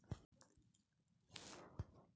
Roto बीज drill machine का काम आथे?